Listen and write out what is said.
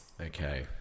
Okay